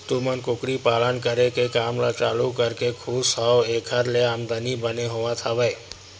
तुमन कुकरी पालन करे के काम ल चालू करके खुस हव ऐखर ले आमदानी बने होवत हवय?